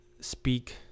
speak